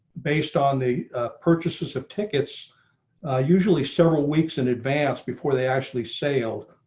based on the purchases of tickets usually several weeks in advance before they actually sale.